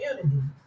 community